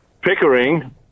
Pickering